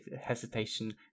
hesitation